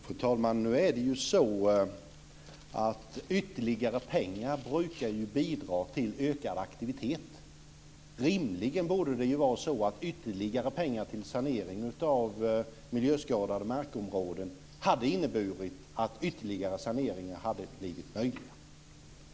Fru talman! Nu är det ju så att ytterligare pengar brukar bidra till ökad aktivitet. Rimligen borde det vara så att ytterligare pengar till saneringen av miljöskadade markområden hade inneburit att ytterligare saneringar hade blivit möjliga.